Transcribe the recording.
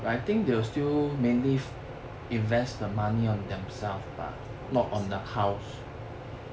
on themselves